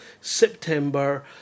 September